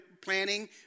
planning